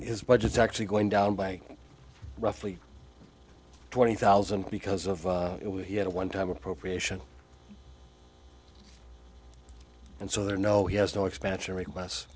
his budget is actually going down by roughly twenty thousand because of it we had a one time appropriation and so there are no he has no expansion requests